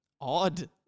Odd